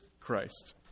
Christ